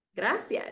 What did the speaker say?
Gracias